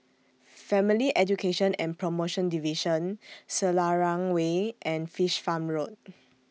Family Education and promotion Division Selarang Way and Fish Farm Road